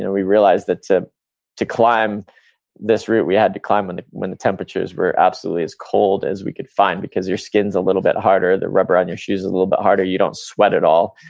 and we realized that to to climb this route, we had to climb when the when the temperatures were absolutely as cold as we could find because your skin's a little bit harder, the rubber on your shoes is a little bit harder. you don't sweat at all.